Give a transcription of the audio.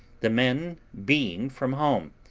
the men being from home,